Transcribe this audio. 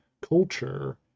culture